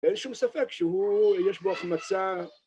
ואין שום ספק שיש בו החמצה.